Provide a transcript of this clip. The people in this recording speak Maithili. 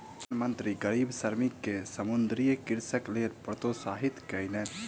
प्रधान मंत्री गरीब श्रमिक के समुद्रीय कृषिक लेल प्रोत्साहित कयलैन